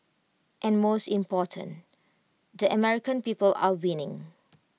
and most important the American people are winning